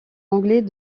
anglais